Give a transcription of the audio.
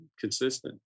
consistent